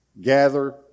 gather